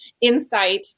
insight